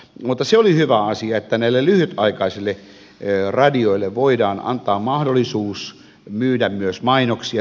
mutta se oli hyvä asia että näille lyhytaikaisille radioille voidaan antaa mahdollisuus myydä myös mainoksia